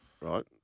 Right